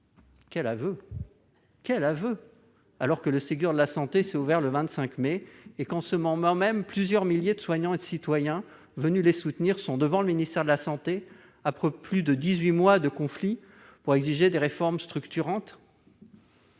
soignant ». Quel aveu, alors que le Ségur de la santé s'est ouvert le 25 mai et qu'en ce moment même plusieurs milliers de soignants et de citoyens venus les soutenir sont devant le ministère de la santé, après plus de dix-huit mois de conflit, pour exiger des réformes structurantes !